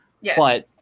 Yes